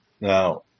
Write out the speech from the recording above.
now